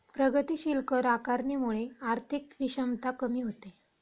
प्रगतीशील कर आकारणीमुळे आर्थिक विषमता कमी होते